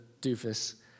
doofus